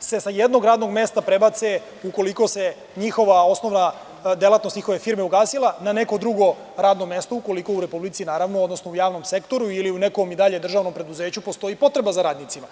se sa jednog radnog mesta prebace, ukoliko se njihova osnova, odnosno delatnost firme ugasila na neko drugo radno mesto, ukoliko u javnom sektoru ili u nekom državnom preduzeću postoji potreba za radnicima.